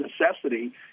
necessity